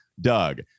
Doug